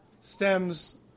stems